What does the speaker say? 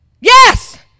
Yes